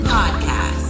Podcast